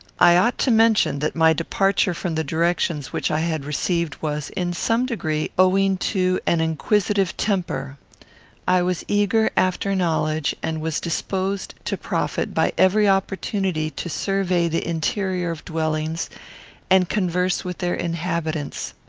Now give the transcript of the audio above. i ought to mention that my departure from the directions which i had received was, in some degree, owing to an inquisitive temper i was eager after knowledge, and was disposed to profit by every opportunity to survey the interior of dwellings and converse with their inhabitants.